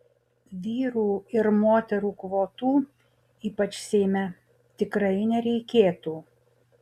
vyrų ir moterų kvotų ypač seime tikrai nereikėtų